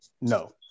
no